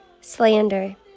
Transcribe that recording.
slander